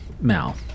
Mal